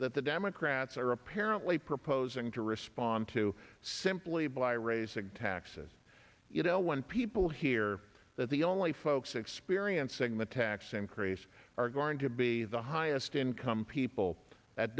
that the democrats are apparently proposing to respond to simply by raising taxes you know when people hear that the only folks experiencing the tax increase are going to be the highest income people that